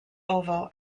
oval